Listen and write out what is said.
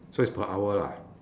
so is per hour lah